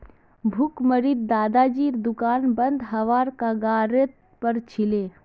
भुखमरीत दादाजीर दुकान बंद हबार कगारेर पर छिले